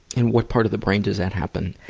in what part of the brain does that happen?